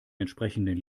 entsprechenden